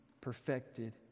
perfected